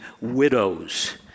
widows